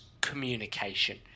communication